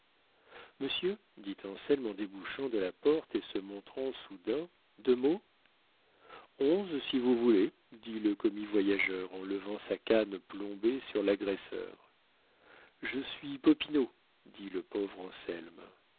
monsieur dit anselme en débouchant de la porte et se montrant soudain deux mots onze si vous voulez dit le commis-voyageur en levant sa canne plombée sur l'agresseur je suis popinot dit le pauvre